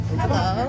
hello